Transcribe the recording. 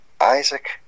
Isaac